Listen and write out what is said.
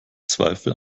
zweifel